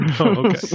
Okay